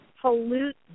pollute